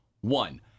One